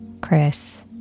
Chris